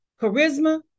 charisma